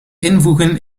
invoegen